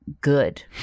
good